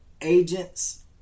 agents